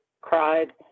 cried